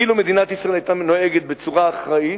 אילו נהגה מדינת ישראל בצורה אחראית,